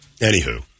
anywho